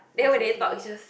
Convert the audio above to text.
then when they talk it's just